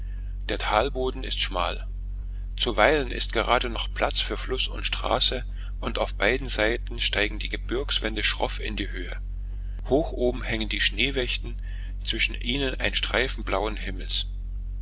der talboden ist schmal zuweilen ist gerade noch platz für fluß und straße und auf beiden seiten steigen die gebirgswände schroff in die höhe hoch oben hängen die schneewächten zwischen ihnen ein streifen blauen himmels